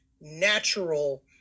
natural